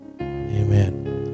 amen